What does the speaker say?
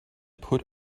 put